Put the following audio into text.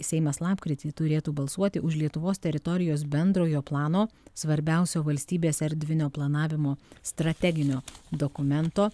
seimas lapkritį turėtų balsuoti už lietuvos teritorijos bendrojo plano svarbiausio valstybės erdvinio planavimo strateginio dokumento